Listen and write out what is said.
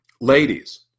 Ladies